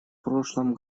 прошлом